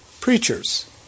preachers